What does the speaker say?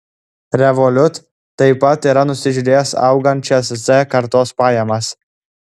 revolut taip pat yra nusižiūrėjęs augančias z kartos pajamas